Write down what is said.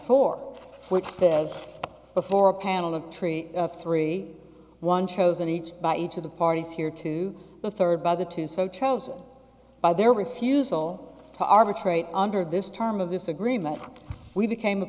four which says before a panel of tree three one chosen each by each of the parties here to the third by the two so chosen by their refusal to arbitrate under this term of this agreement we became a